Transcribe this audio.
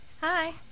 Hi